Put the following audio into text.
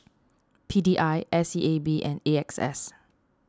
P D I S E A B and A X S